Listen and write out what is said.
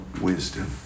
wisdom